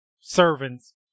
servants